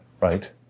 right